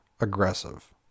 aggressive